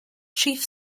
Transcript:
chief